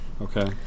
Okay